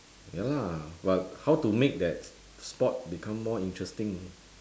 ya lah but how to make that sport become more interesting